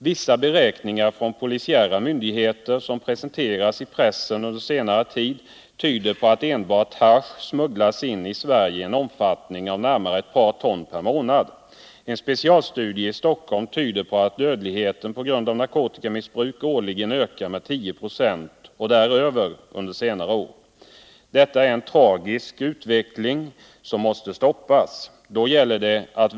Vissa i pressen under senare tid presenterade beräkningar från polisiära myndigheter tyder på att enbart hasch smugglas in i Sverige i en omfattning av närmare ett par ton per månad. En specialstudie i Stockholm tyder på att under senare år dödligheten på grund av narkotikamissbruk årligen ökat med 10 2 eller däröver. Detta är en tragisk utveckling som måste stoppas. Då gäller det att .